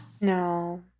No